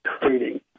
trading